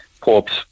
Pope's